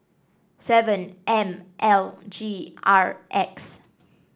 seven M L G R X